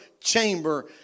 chamber